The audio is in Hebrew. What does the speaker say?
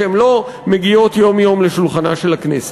שהן לא מגיעות יום-יום לשולחנה של הכנסת.